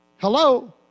Hello